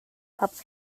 public